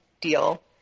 deal